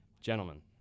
Gentlemen